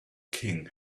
king